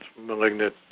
malignant